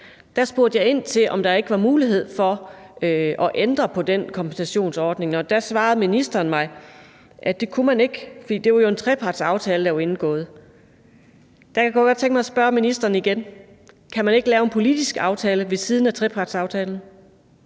Der spurgte jeg ind til, om der ikke var mulighed for at ændre på den kompensationsordning. Og der svarede ministeren mig, at det kunne man ikke, fordi det jo var en trepartsaftale, der var indgået. Der kunne jeg godt tænke mig at spørge ministeren igen: Kan man ikke lave en politisk aftale ved siden af trepartsaftalen?